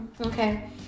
Okay